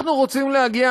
אנחנו רוצים להגיע,